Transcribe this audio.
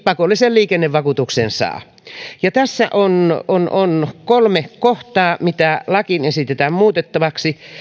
pakollisen liikennevakuutuksen saa tässä on on kolme kohtaa mitä lakiin esitetään muutettavaksi